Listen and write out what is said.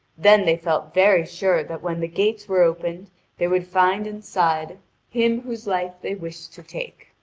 then they felt very sure that when the gates were opened they would find inside him whose life they wished to take.